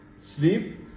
sleep